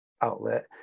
outlet